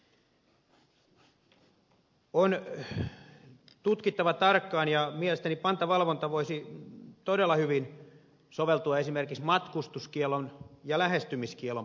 on tutkittava tarkkaan ja mielestäni pantavalvonta voisi todella hyvin soveltua esimerkiksi matkustuskiellon ja lähestymiskiellon parempaan valvontaan